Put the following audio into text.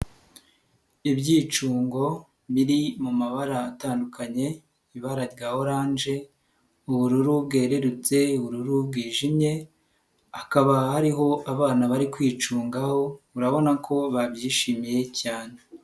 Ibyicungo biri mu mu mabara atandukanye ibara rya oranje, ubururu bwererutse, ubururu bwijimye, hakaba hariho abana bari kwicungaho urabona ko babyishimiye cyane.